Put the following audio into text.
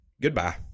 goodbye